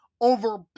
over